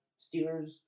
Steelers